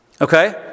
Okay